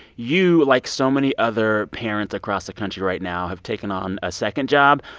you, like so many other parents across the country right now, have taken on a second job,